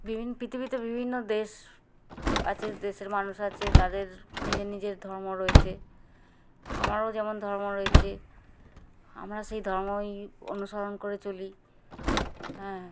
বিভিন পৃথিবীতে বিভিন্ন দেশ আছে দেশের মানুষ আছে তাদের নিজের নিজের ধর্ম রয়েছে আমারও যেমন ধর্ম রয়েছে আমরা সেই ধর্মই অনুসরণ করে চলি হ্যাঁ